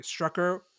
strucker